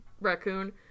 raccoon